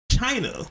china